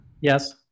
yes